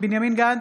בנימין גנץ,